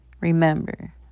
Remember